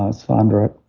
ah sandra,